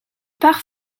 part